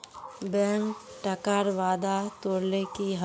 bank टाकार वादा तोरले कि हबे